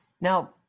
Now